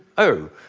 oh,